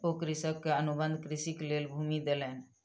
ओ कृषक के अनुबंध कृषिक लेल भूमि देलैन